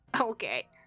Okay